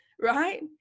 Right